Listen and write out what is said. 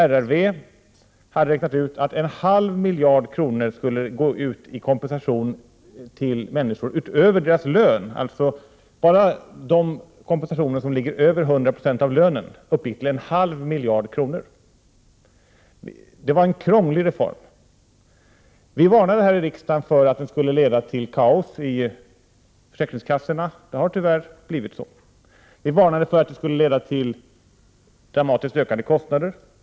RRV hade räknat ut att en halv miljard kronor skulle gå ut i kompensation till människor utöver deras lön, alltså enbart den kompensation som ligger över 100 20 av lönen uppgick till en halv miljard kronor. Det var en krånglig reform. Vi varnade här i riksdagen för att den skulle leda till kaos i försäkringskassorna. Det har tyvärr blivit så. Vi varnade för att den skulle leda till dramatiskt ökade kostnader.